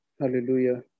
hallelujah